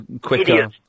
quicker